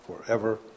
forever